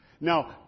Now